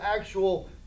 actual